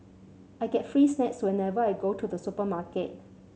I get free snacks whenever I go to the supermarket